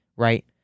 Right